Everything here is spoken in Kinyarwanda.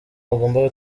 bagomba